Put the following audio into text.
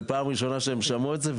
זה פעם ראשונה שהם שמעו את זה.